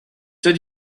that